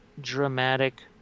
dramatic